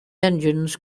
engines